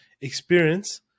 experience